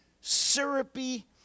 syrupy